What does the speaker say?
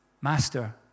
master